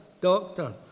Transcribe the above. doctor